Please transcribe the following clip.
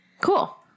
Cool